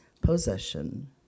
possession